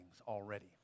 already